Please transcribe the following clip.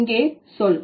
இங்கே சொல்